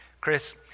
Chris